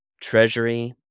treasury